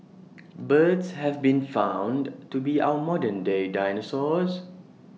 birds have been found to be our modern day dinosaurs